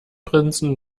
prinzen